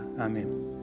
Amen